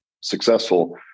successful